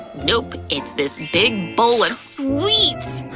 nope, it's this big bowl of sweets!